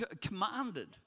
commanded